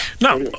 Now